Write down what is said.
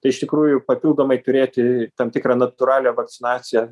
tai iš tikrųjų papildomai turėti tam tikrą natūralią vakcinaciją